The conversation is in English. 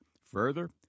Further